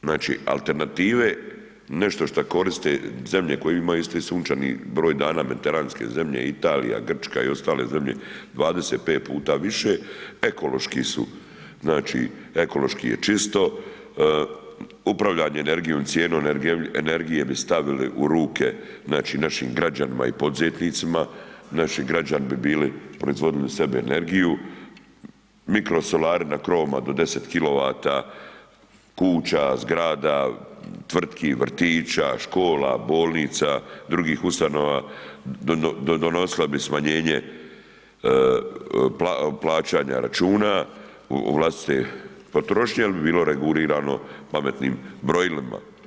Znači alternative, nešto što koriste zemlje koje imaju isti sunčanih broj dana, mediteranske zemlje, Italija, Grčka i ostale zemlje, 25 puta više, ekološki su znači, ekološki je čisto, upravljanje energijom, cijenom energije bi stavili u ruke našim građanima i poduzetnicima, naši građani bi bili proizvodili sebi energiju, mikrosolari na krovovima do 10 kW kuća, zgrada, tvrtki, vrtića, škola, bolnica, drugih ustanova, donosila bi smanjenje plaćanja računa vlastite potrošnje ali bi bilo regulirano pametnim brojilima.